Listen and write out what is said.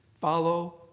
follow